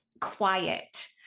quiet